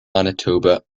manitoba